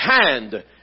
hand